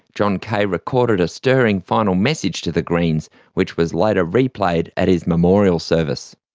john kaye recorded a stirring final message to the greens which was later replayed at his memorial service.